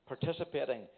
participating